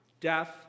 death